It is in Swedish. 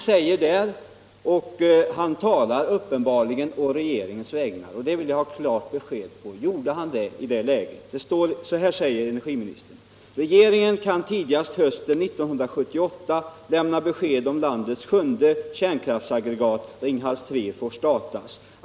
Jag vill ha klart besked om huruvida energiministern talar å regeringens vägnar när haniden intervjun säger: ” Regeringen kan tidigast hösten 1978 lämna besked om landets sjunde kärnkraftsaggregat — Ringhals 3 — får startas.